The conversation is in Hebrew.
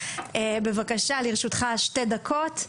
לרשותך שתי דקות.